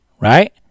right